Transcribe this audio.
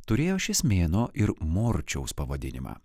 turėjo šis mėnuo ir morčiaus pavadinimą